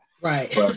Right